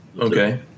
Okay